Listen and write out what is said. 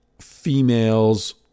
females